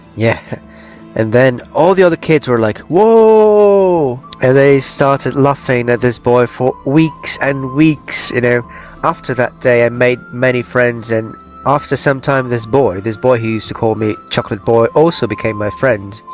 yeah and then all the other kids were like oooooooh and they started laughing at this boy for weeks and for weeks you know after that day i've made many friends and after some time this boy this boy who used to call me chocolate boy also became my friend